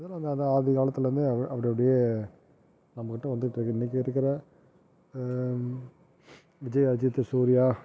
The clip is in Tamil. இதெலாம் வந்து அந்த ஆதிகாலத்துலேருந்தே அப்படி அப்படியே நம்மக்கிட்ட வந்துட்டு இருக்குது இன்றைக்கி இருக்கிற விஜய் அஜித் சூரியா